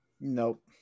Nope